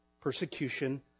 persecution